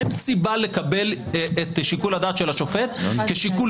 אין סיבה לקבל את שיקול הדעת של השופט כשיקול